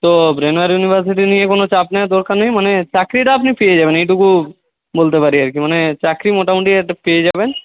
তো Brainware University নিয়ে কোনো চাপ নেওয়ার দরকার নেই মানে চাকরিটা আপনি পেয়ে যাবেন এইটুকু বলতে পারি আর কি মানে চাকরি মোটামুটি একটা পেয়ে যাবেন